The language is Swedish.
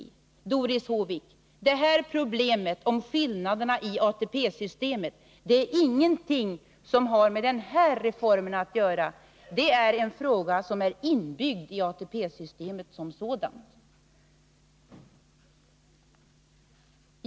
Doris Håvik! Frågan om skillnaderna i ATP-systemet har ingenting med den här reformen att göra utan är inbyggd i ATP-systemet som sådant.